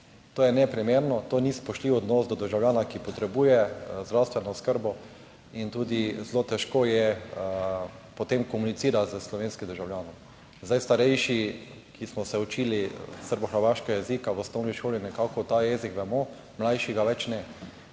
To je neprimerno, to ni spoštljiv odnos do državljana, ki potrebuje zdravstveno oskrbo in tudi zelo težko je, potem komunicira s slovenskim državljanom. Zdaj, starejši, ki smo se učili srbohrvaškega jezika v osnovni šoli, nekako ta jezik vemo, mlajši ga več ne.